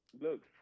Look